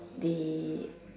the